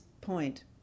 point